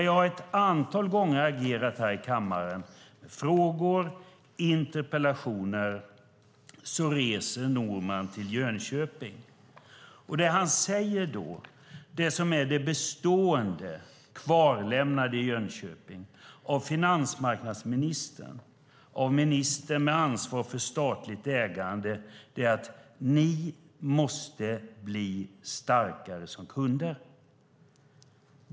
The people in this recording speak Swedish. Jag har agerat och väckt frågor och interpellationer ett antal gånger här i kammaren, men Norman reste till Jönköping. Det som finansmarknadsministern, ministern med ansvar för statligt ägande, då sade - hans bestående och kvarlämnande ord i Jönköping - var att företagarna måste bli starkare som kunder.